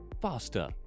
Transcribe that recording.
faster